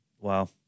Wow